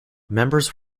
members